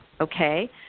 Okay